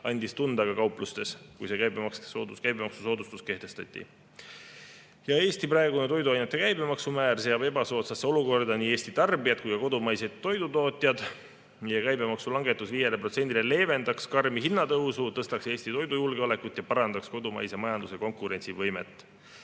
andis tunda ka kauplustes, kui see käibemaksusoodustus kehtestati. Eesti praegune toiduainete käibemaksu määr seab ebasoodsasse olukorda nii Eesti tarbijad kui ka kodumaised toidutootjad. Käibemaksulangetus 5%‑le leevendaks karmi hinnatõusu, tõstaks Eesti toidujulgeolekut ja parandaks kodumaise majanduse konkurentsivõimet.